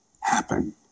happen